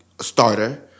starter